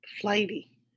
flighty